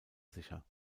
sicher